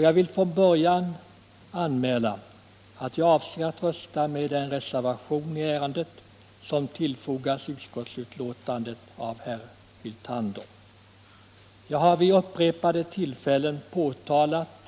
Jag vill från början anmäla att jag avser att rösta för den reservation i ärendet som fogats till utskottsbetänkandet av herr Hyltander. Jag har vid upprepade tillfällen påtalat